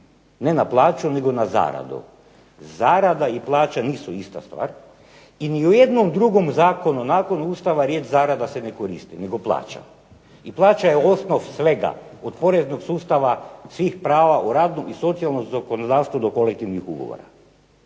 ne na plaću nego na zaradu. Zarada i plaća nisu ista stvar i ni u jednom drugom zakonu nakon Ustava riječ zarada se ne koristi nego plaća i plaća je osnov svega, od poreznog sustava, svih prava u radnom i socijalnom zakonodavstvu do kolektivnih ugovora.